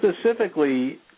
specifically